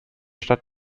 stadt